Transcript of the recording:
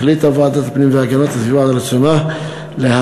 החליטה ועדת הפנים והגנת הסביבה על רצונה להחיל